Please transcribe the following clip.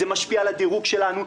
זה משפיע על הדירוג שלנו,